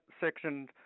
section